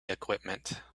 equipment